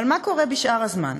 אבל מה קורה בשאר הזמן?